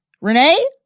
Renee